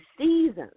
seasons